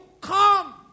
come